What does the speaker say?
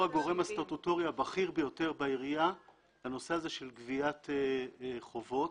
הגורם הסטטוטורי הבכיר ביותר בעירייה בנושא גביית חובות.